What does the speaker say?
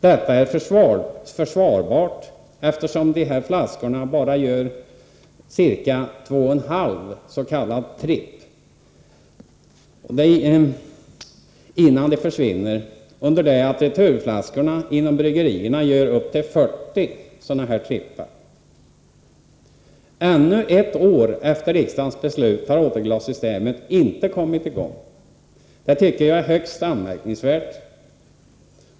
Detta är försvarbart, eftersom dessa flaskor gör bara ca 2,5 ”trippar”, innan de försvinner, under det att returflaskorna inom bryggerierna gör upp till 40 ”trippar”. Ännu ett år efter riksdagens beslut har återglassystemet inte kommit i gång. Det tycker jag är högst anmärkningsvärt.